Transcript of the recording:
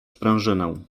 sprężynę